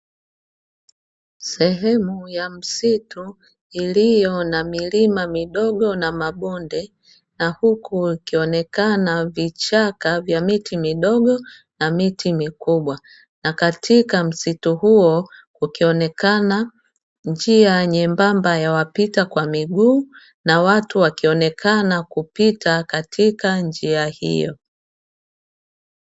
Sehemu ya msitu iliyo na milima midogo na mabonde huku ikionekana vichaka vya miti midogo na miti mikubwa na katika msitu huo ikionekana njia nyembamba ya wapita kwa miguu na watu wakionekana kupita katika njia hiyo.